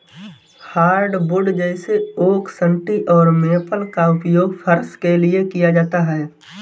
hardwood जैसे oak सन्टी और मेपल का उपयोग फर्श के लिए किया जाता है